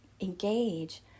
engage